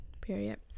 Period